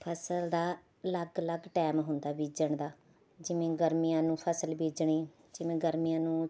ਫਸਲ ਦਾ ਅਲੱਗ ਅਲੱਗ ਟਾਈਮ ਹੁੰਦਾ ਬੀਜਣ ਦਾ ਜਿਵੇਂ ਗਰਮੀਆਂ ਨੂੰ ਫਸਲ ਬੀਜਣੀ ਜਿਵੇਂ ਗਰਮੀਆਂ ਨੂੰ